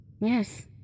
Yes